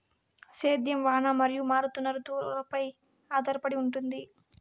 సేద్యం వాన మరియు మారుతున్న రుతువులపై ఆధారపడి ఉంటుంది